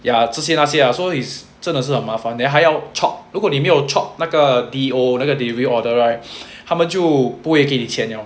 ya 这些那些 lah so is 真的是很麻烦 then 还要 chop 如果你没有 chop 那个 D_O 那个 delivery order right 他们就不会给你钱 liao